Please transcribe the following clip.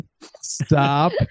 Stop